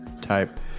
type